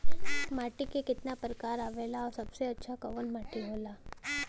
माटी के कितना प्रकार आवेला और सबसे अच्छा कवन माटी होता?